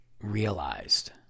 realized